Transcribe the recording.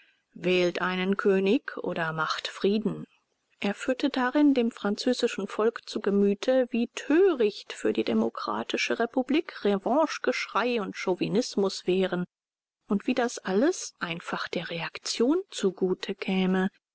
wählt einen könig oder macht frieden er führte darin dem französischen volk zu gemüte wie töricht für die demokratische republik revanchegeschrei und chauvinismus wären und wie das alles einfach der reaktion zugute käme